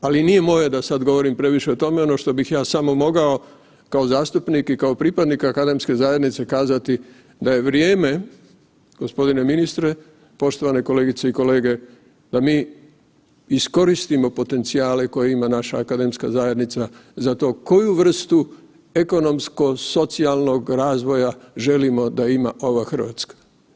Ali nije moje da sada govorim previše o tome, ono što bih ja samo mogao kao zastupnik i kao pripadnik Akademske zajednice kazati da je vrijeme, gospodine ministre, poštovane kolegice i kolege da mi iskoristimo potencijale koje ima naša Akademska zajednica za to koju vrstu ekonomsko socijalnog razvoja želimo da ima ova Hrvatska.